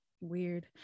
Weird